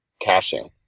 caching